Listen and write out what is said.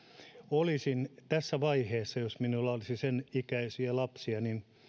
olisin tässä vaiheessa jos minulla olisi sen ikäisiä lapsia